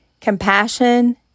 compassion